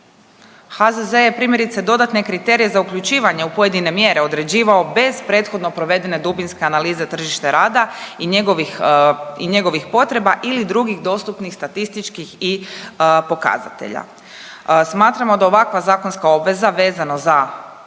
HZZ je primjerice dodatne kriterije za uključivanje u pojedine mjere određivao bez prethodno provedene dubinske analize tržište rada i njegovih potreba ili drugih dostupnih statističkih pokazatelja. Smatramo da ovakva zakonska obveza vezano za